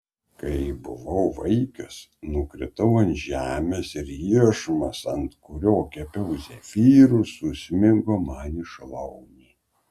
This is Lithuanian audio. kai buvau vaikas nukritau ant žemės ir iešmas ant kurio kepiau zefyrus susmigo man į šlaunį